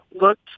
looked